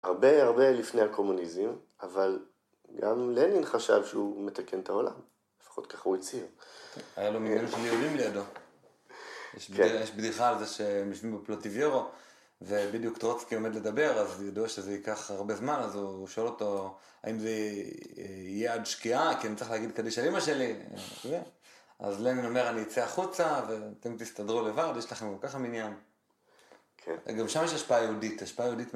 הרבה הרבה לפני הקומוניזם, אבל גם לנין חשב שהוא מתקן את העולם, לפחות ככה הוא הצהיר. היה לו מיליון של יהודים לידו. יש בדיחה על זה שהם יושבים בפלוטיביורו, ובדיוק טרוצקי עומד לדבר, אז ידעו שזה ייקח הרבה זמן, אז הוא שואל אותו, האם זה יהיה עד שקיעה, כי אני צריך להגיד קדיש על אמא שלי? אז לנין אומר, אני אצא החוצה, ואתם תסתדרו לבד, יש לכם גם ככה מניין. גם שם יש השפעה יהודית, השפעה יהודית מאוד.